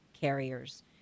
carriers